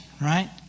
right